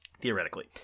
theoretically